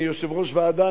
אני יושב-ראש ועדה,